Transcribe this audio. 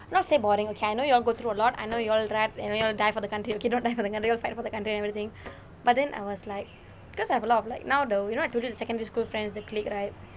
not say boring okay I know you all go through a lot I know you all wrap and then you all die for the country okay not die for the country you all fight for the country and everything but then I was like because I have a lot of like now the you know I told you the secondary school friends the clique right